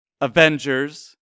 Avengers